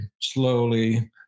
slowly